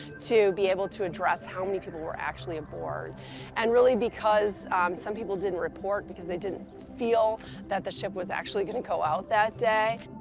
to be able to address how many people were actually aboard and really because some people didn't report because they didn't feel that the ship was actually gonna go out that day.